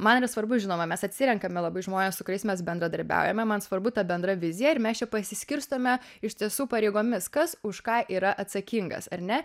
man yra svarbu žinoma mes atsirenkame labai žmones su kuriais mes bendradarbiaujame man svarbu ta bendra vizija ir mes čia pasiskirstome iš tiesų pareigomis kas už ką yra atsakingas ar ne